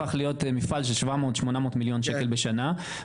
הפך להיות מפעל של 700-800 מיליון שקל בשנה,